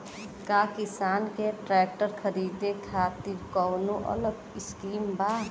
का किसान के ट्रैक्टर खरीदे खातिर कौनो अलग स्किम बा?